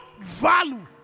value